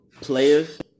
players